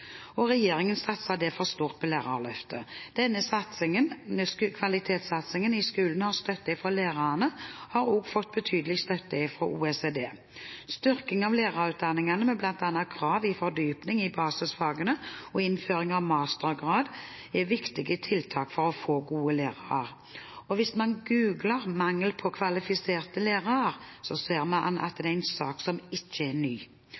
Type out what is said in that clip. og regjeringen satser derfor stort på Lærerløftet. Denne kvalitetssatsingen i skolen har støtte fra lærerne, og har også fått tydelig støtte fra OECD. Styrkingen av lærerutdanningene, med bl.a. krav om fordypning i basisfagene og innføring av mastergrad, er et viktig tiltak for å få gode lærere. Hvis man googler «mangel på kvalifiserte lærere», ser man at det er en sak som ikke er ny